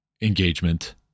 engagement